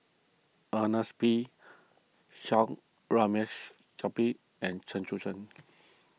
Ernest P Shanks and Chen Sucheng